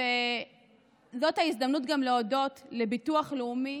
וזאת ההזדמנות גם להודות לביטוח לאומי